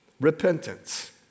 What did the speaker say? repentance